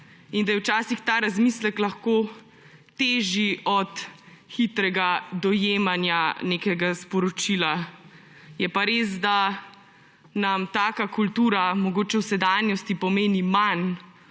in da je včasih ta razmislek lahko težji od hitrega dojemanja nekega sporočila. Je pa res, da nam taka kultura mogoče v sedanjosti pomeni manj,